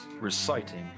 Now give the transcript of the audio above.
reciting